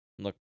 Look